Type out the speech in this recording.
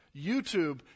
YouTube